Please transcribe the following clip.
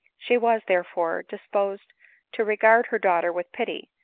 she was, therefore, dis posed to regard her daughter with pity,